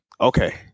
okay